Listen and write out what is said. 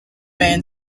man